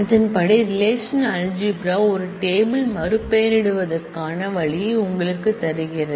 அதன்படி relational algebra ஒரு table மறுபெயரிடுவதற்கான வழியை உங்களுக்குத் தருகிறது